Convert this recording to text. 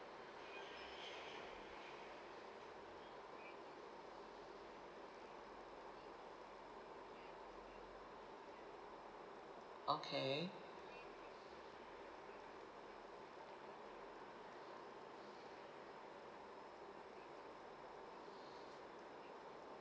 okay